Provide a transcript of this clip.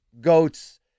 goats